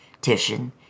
Titian